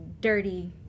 dirty